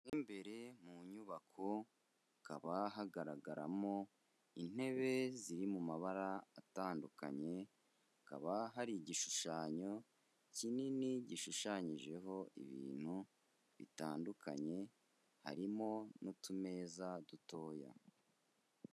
Mu imbere mu nyubako hakaba hagaragaramo intebe ziri mu mabara atandukanye, hakaba hari igishushanyo kinini gishushanyijeho ibintu bitandukanye. Harimo n'utumeza dutoya.